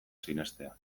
sinestea